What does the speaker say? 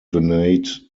donate